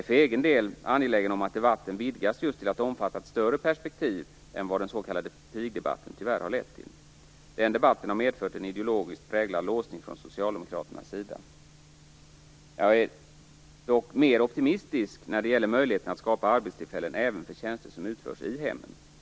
För egen del är jag angelägen om att debatten vidgas just till att omfatta ett vidare perspektiv än vad den s.k. pigdebatten tyvärr lett till. Den debatten har ju medfört en ideologiskt präglad låsning från Socialdemokraternas sida. Jag är dock mera optimistisk när det gäller möjligheterna att skapa arbetstillfällen även för tjänster som utförs i hemmen.